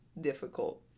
difficult